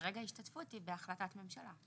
כרגע ההשתתפות היא בהחלטת ממשלה.